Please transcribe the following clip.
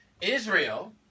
Israel